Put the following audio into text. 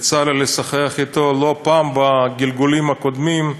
יצא לי לשוחח אתו לא פעם בגלגולים הקודמים.